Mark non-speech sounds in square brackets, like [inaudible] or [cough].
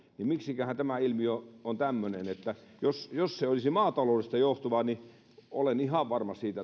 miksikähän tämä ilmiö on tämmöinen jos jos se olisi maataloudesta johtuvaa niin olen ihan varma siitä [unintelligible]